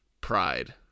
Pride